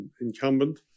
incumbent